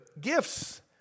gifts